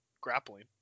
grappling